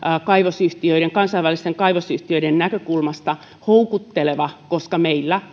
kansainvälisten kaivosyhtiöiden näkökulmasta houkutteleva koska meillä